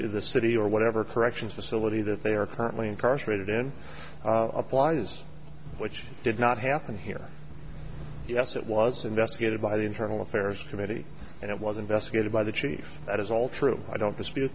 the city or whatever corrections facility that they are currently incarcerated in applies which did not happen here yes it was investigated by the internal affairs committee and it was investigated by the chief that is all true i don't dispute